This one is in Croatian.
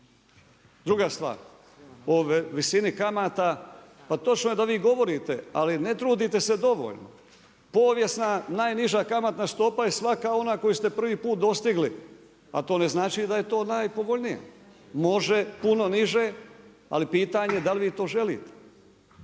Druga stvar, o visini kamata, pa točno je da vi govorite, ali ne trudite se dovoljno. Povijesna najniža kamatna stopa je svaka ona koju ste prvi put dostigli, a to ne znači da je to najpovoljnija. Može puno niže, ali pitanje da li vi to želite,